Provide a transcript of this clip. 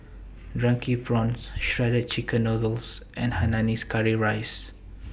Drunken Prawns Shredded Chicken Noodles and Hainanese Curry Rice